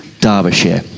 Derbyshire